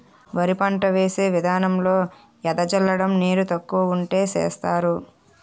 వరి పంట వేసే విదానంలో ఎద జల్లడం నీరు తక్కువ వుంటే సేస్తరు